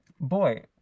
boy